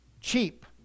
cheap